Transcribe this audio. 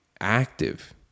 active